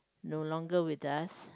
no longer with us